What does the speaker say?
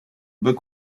book